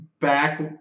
back